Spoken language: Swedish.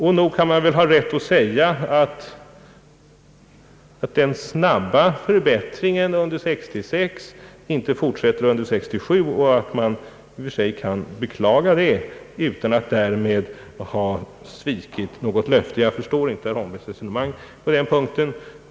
Man kan väl ha rätt att säga att den snabba förbättringen under 1966 inte fortsätter under 1967 och att man i och för sig kan beklaga detta utan att där med ha svikit något löfte. Jag förstår inte herr Holmbergs resonemang på den punkten.